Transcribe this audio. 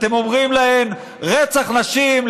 אתם אומרים להן: רצח נשים,